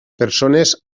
persones